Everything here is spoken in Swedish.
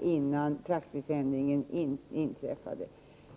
innan praxisändringen trädde i kraft.